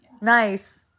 Nice